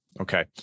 Okay